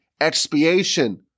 expiation